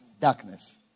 darkness